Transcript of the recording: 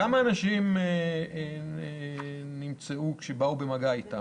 כמה אנשים נמצאו כשבאו במגע אתם,